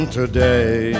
today